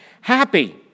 happy